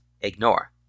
ignore